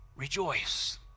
rejoice